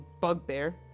bugbear